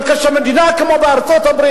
אבל כאשר מדינה כמו ארצות-הברית,